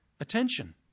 attention